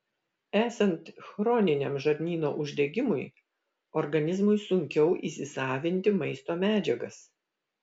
esant chroniniam žarnyno uždegimui organizmui sunkiau įsisavinti maisto medžiagas